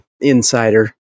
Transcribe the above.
insider